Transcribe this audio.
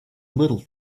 little